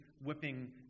whipping